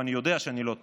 ואני יודע שאני לא טועה,